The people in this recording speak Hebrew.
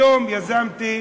היום יזמתי